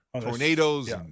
Tornadoes